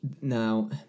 Now